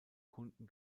kunden